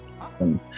Awesome